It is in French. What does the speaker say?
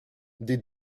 des